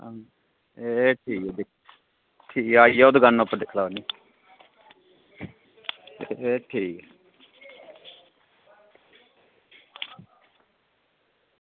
एह् ठीक ऐ एह् आई जाओ दकानै पर दिक्खी लैओ आह्नियै एह् ठीक ऐ